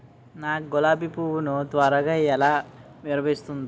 నా గులాబి పువ్వు ను త్వరగా ఎలా విరభుస్తుంది?